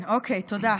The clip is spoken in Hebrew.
תודה.